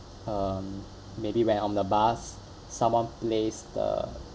um maybe when on the bus someone plays the